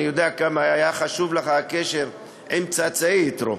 אני יודע עד כמה היה חשוב לך הקשר עם צאצאי יתרו.